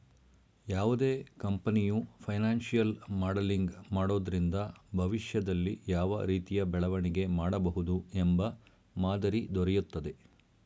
ಯಾವುದೇ ಕಂಪನಿಯು financial modelling ಮಾಡೋದ್ರಿಂದ ಭವಿಷ್ಯದಲ್ಲಿ ಯಾವ ರೀತಿಯ ಬೆಳವಣಿಗೆ ಮಾಡಬಹುದು ಎಂಬ ಮಾದರಿ ದೊರೆಯುತ್ತದೆ